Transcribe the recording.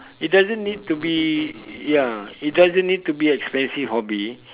it doesn't need to be ya it doesn't need to be expensive hobby